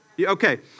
Okay